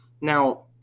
Now